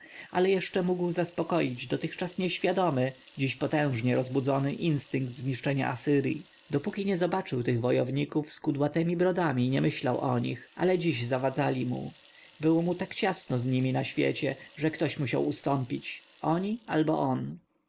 ale jeszcze mógł zaspokoić dotychczas nieświadomy dziś potężnie rozbudzony instynkt zniszczenia asyrji dopóki nie zobaczył tych wojowników z kudłatemi brodami nie myślał o nich ale dziś zawadzali mu było mu tak ciasno z nimi na świecie że ktoś musiał ustąpić oni albo on